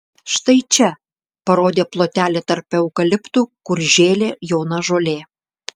štai čia parodė plotelį tarp eukaliptų kur žėlė jauna žolė